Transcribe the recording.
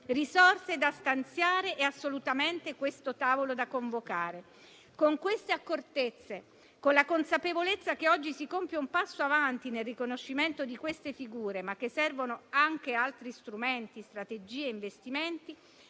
risorse da stanziare ed assolutamente della convocazione di questo tavolo. Con queste accortezze, con la consapevolezza che oggi si compie un passo avanti nel riconoscimento di queste figure, ma che servono anche altri strumenti, strategie ed investimenti,